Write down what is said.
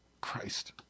Christ